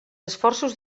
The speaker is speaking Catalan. esforços